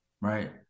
Right